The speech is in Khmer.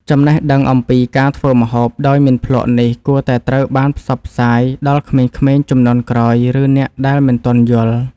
ចំណេះដឹងអំពីការធ្វើម្ហូបដោយមិនភ្លក្សនេះគួរតែត្រូវបានផ្សព្វផ្សាយដល់ក្មេងៗជំនាន់ក្រោយ ឬអ្នកដែលមិនទាន់យល់។